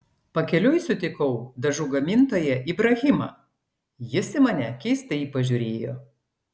pakeliui sutikau dažų gamintoją ibrahimą jis į mane keistai pažiūrėjo